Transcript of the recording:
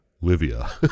Livia